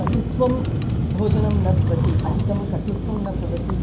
कटुत्वं भोजनं न भवति अधिकं कटुत्वं न भवति